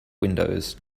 windows